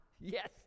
Yes